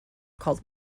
called